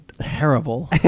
terrible